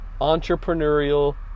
entrepreneurial